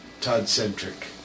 Todd-centric